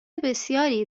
بسیاری